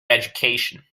education